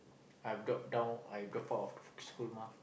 I've dropped down I've dropped out of a school mah